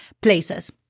places